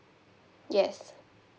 yes